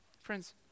Friends